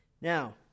Now